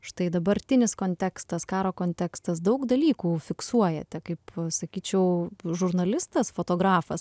štai dabartinis kontekstas karo kontekstas daug dalykų fiksuojate kaip sakyčiau žurnalistas fotografas